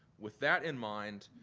with that in mind,